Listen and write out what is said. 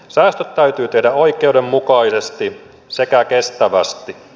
säästöt täytyy tehdä oikeudenmukaisesti sekä kestävästi